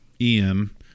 Em